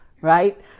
right